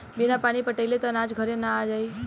बिना पानी पटाइले त अनाज घरे ना आ पाई